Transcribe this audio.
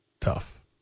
tough